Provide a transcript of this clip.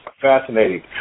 Fascinating